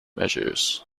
measures